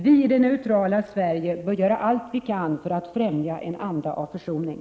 Vi i det neutrala Sverige bör göra allt för att främja en anda av försoning.